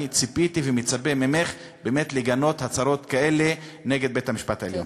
אני ציפיתי ומצפה ממך באמת לגנות הצהרות כאלה נגד בית-המשפט העליון.